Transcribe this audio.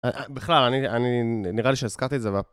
בכלל, אני, אני נראה לי שהזכרתי את זה, ו...